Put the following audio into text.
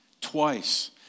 twice